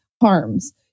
harms